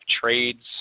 trades